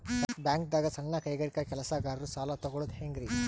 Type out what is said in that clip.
ಬ್ಯಾಂಕ್ದಾಗ ಸಣ್ಣ ಕೈಗಾರಿಕಾ ಕೆಲಸಗಾರರು ಸಾಲ ತಗೊಳದ್ ಹೇಂಗ್ರಿ?